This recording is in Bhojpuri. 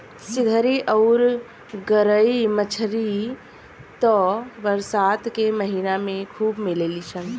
सिधरी अउरी गरई मछली त बरसात के महिना में खूब मिलेली सन